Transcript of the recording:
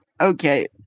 Okay